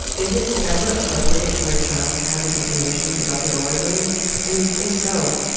is it ever appropriate for a child to have this information about their origins? and if so,